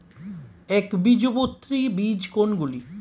একবীজপত্রী বীজ কোন গুলি?